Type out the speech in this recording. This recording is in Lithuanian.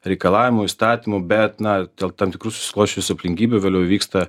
reikalavimų įstatymų bet na dėl tam tikrų susiklosčiusių aplinkybių vėliau įvyksta